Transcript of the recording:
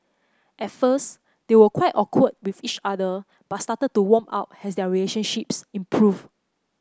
at first they were quite awkward with each other but started to warm up as their relationships improved